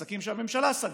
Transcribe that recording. עסק שהממשלה סגרה,